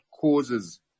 causes